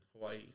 Hawaii